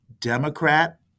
Democrat